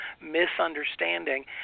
misunderstanding